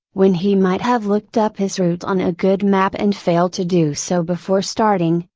when he might have looked up his route on a good map and failed to do so before starting,